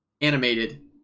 animated